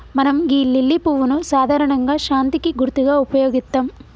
మనం గీ లిల్లీ పువ్వును సాధారణంగా శాంతికి గుర్తుగా ఉపయోగిత్తం